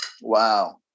Wow